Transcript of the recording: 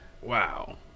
Wow